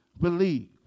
believe